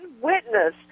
witness